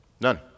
None